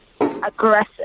aggressive